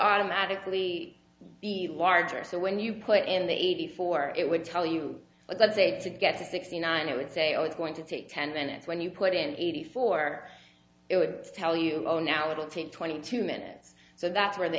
automatically be larger so when you put in the eighty four it would tell you what let's say to get to sixty nine it would say oh it's going to take ten minutes when you put in eighty four it would tell you oh now it'll take twenty two minutes so that's where the